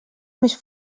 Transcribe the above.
més